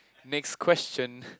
next question